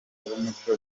z’umuco